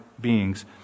beings